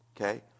Okay